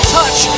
touch